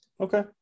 Okay